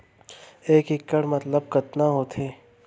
एक इक्कड़ मतलब कतका होथे?